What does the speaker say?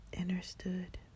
understood